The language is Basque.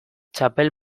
txapel